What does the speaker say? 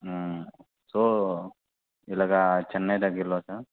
so ఇలాగ చెన్నై దగ్గరలో sir